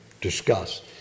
discuss